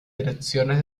direcciones